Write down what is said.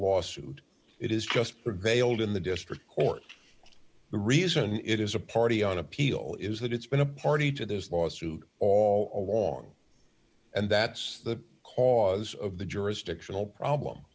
lawsuit it is just prevailed in the district court the reason it is a party on appeal is that it's been a party to this lawsuit all along and that's the cause of the jurisdictional problem